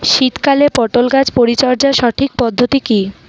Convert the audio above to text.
শীতকালে পটল গাছ পরিচর্যার সঠিক পদ্ধতি কী?